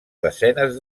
desenes